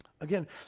Again